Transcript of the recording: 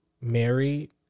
married